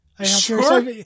Sure